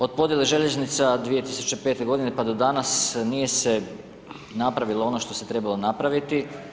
Od podjele željeznica 2005. g. pa do danas, nije se napravilo ono što se je trebalo napraviti.